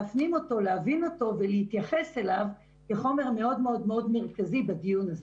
להפנים אותו להבין אותו ולהתייחס אליו כחומר מאוד מרכזי בדיון הזה.